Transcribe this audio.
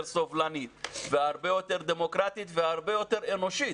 סובלנית והרבה יותר דמוקרטית והרבה יותר אנושית.